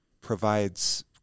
provides